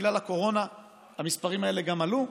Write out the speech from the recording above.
בגלל הקורונה המספרים האלה גם קצת עלו.